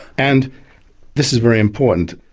and this is very important,